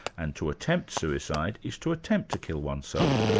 and to attempt suicide is to attempt to kill oneself.